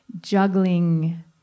juggling